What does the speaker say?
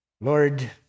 Lord